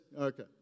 okay